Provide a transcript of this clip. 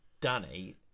Danny